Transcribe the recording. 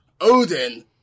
Odin